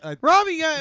Robbie